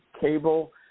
cable